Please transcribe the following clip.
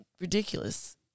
ridiculous